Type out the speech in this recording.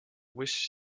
wish